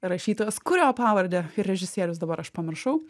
rašytojas kurio pavardę ir režisierius dabar aš pamiršau